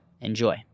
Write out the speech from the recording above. enjoy